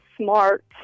smart